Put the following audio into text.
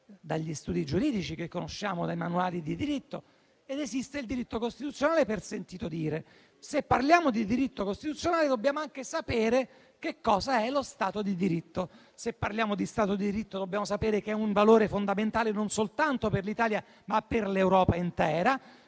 dagli studi giuridici, dai manuali di diritto, ed esiste il diritto costituzionale per sentito dire. Se parliamo di diritto costituzionale, dobbiamo anche sapere che cosa è lo Stato di diritto. Se parliamo di Stato di diritto, dobbiamo sapere che è un valore fondamentale non soltanto per l'Italia, ma per l'Europa intera.